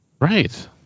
right